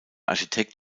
architekt